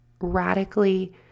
radically